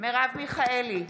מרב מיכאלי,